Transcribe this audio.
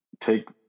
take